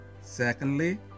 Secondly